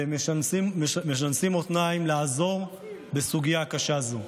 והם משנסים מותניים כדי לעזור בסוגיה קשה זו.